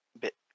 bit